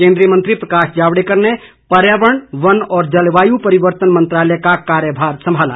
केन्द्रीय मंत्री प्रकाश जावड़ेकर ने पर्यावरण वन और जलवायु परिवर्तन मंत्रालय का कार्यभार संभाला